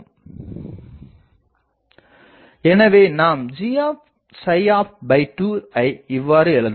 எனவே நாம் gஐ இவ்வாறு எழுதலாம்